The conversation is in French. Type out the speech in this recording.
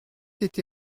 été